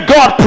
God